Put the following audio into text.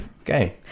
Okay